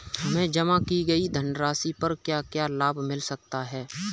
हमें जमा की गई धनराशि पर क्या क्या लाभ मिल सकता है?